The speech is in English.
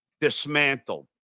dismantled